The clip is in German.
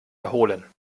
erholen